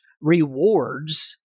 rewards